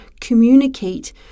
communicate